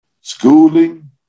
schooling